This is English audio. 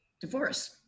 divorce